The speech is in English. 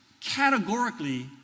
categorically